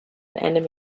enemy